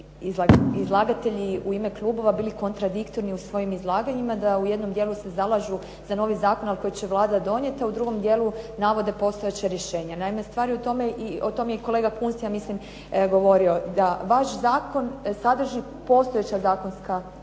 izlagatelji u ime klubova bili kontradiktorni u svojim izlaganjima da u jednim dijelu se zalažu za novi zakon koji će Vlada donijeti, a u drugom dijelu navode postojeća rješenja. Naime, stvar je u tome i o tome je kolega Kunst govorio, da vaš zakon sadrži postojeća zakonska